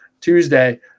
Tuesday